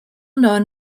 known